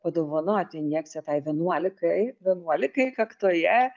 padovanoti injekciją tai vienuolikai vienuolikai kaktoje